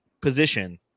position